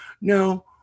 now